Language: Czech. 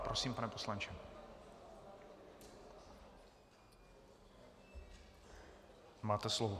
Prosím, pane poslanče, máte slovo.